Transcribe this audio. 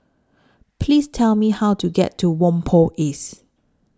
Please Tell Me How to get to Whampoa East